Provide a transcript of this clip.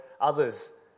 others